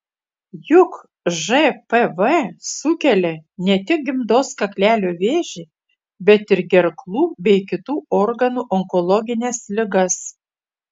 juk žpv sukelia ne tik gimdos kaklelio vėžį bet ir gerklų bei kitų organų onkologines ligas